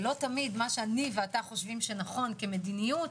ולא תמיד מה שאתה ואני חושבים שנכון כמדיניות